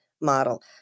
model